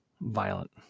violent